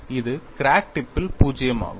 இது crack tip பில் 0 ஆகும்